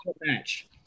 match